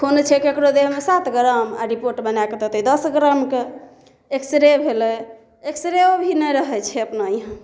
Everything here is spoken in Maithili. खून छै केकरो देहमे सात ग्राम आ रिपोर्ट बनाके देतै दस ग्रामके एक्सरे भेलै एक्सरो भी नहि रहै छै अपना हियाँ